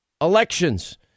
elections